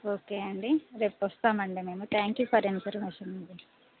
okay అండి రేపోస్తామండి మేము థ్యాంక్ యూ ఫర్ ఇన్ఫర్మేషన్ అండి